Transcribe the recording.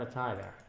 ah tyra